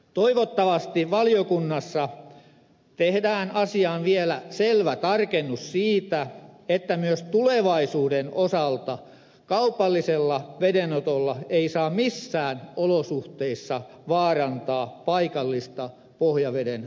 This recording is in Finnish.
toivottavasti valiokunnassa tehdään asiaan vielä selvä tarkennus siitä että myös tulevaisuuden osalta kaupallisella vedenotolla ei saa missään olosuhteissa vaarantaa paikallista pohjaveden saantia